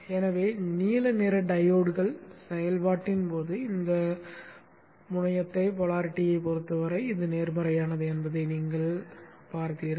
எனவே நீல நிற டையோட்கள் செயல்பாட்டின் போது இந்த முனையத்தைப் பொறுத்தவரை இது நேர்மறையானது என்பதை நீங்கள் பார்த்தீர்கள்